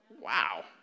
Wow